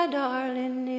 darling